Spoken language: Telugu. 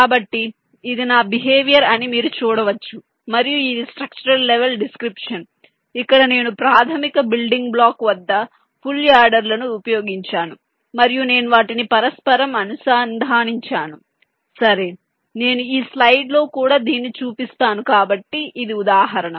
కాబట్టి ఇది నా బిహేవియర్ అని మీరు చూడవచ్చు మరియు ఇది స్ట్రక్చరల్ లెవెల్ డిస్క్రిప్షన్ ఇక్కడ నేను ప్రాథమిక బిల్డింగ్ బ్లాక్ వద్ద ఫుల్ యాడర్లను ఉపయోగించాను మరియు నేను వాటిని పరస్పరం అనుసంధానించాను సరే నేను ఈ స్లయిడ్లో కూడా దీన్ని చూపిస్తాను కాబట్టి ఇది ఉదాహరణ